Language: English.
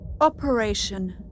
Operation